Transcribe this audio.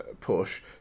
push